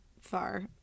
far